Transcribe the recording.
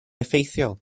effeithiol